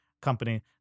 company